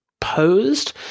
posed